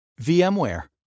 VMware